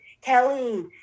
Kelly